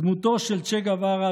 דמותו של צ'ה גווארה,